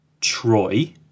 Troy